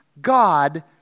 God